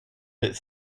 bit